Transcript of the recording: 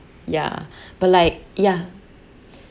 yeah but like ya